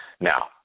Now